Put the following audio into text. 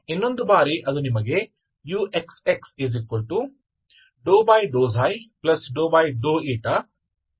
ಆದ್ದರಿಂದ ಅದು ∂x ಎಂದು ಆಗುತ್ತದೆ